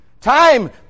time